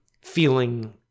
feeling